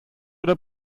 oder